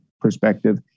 perspective